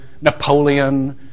Napoleon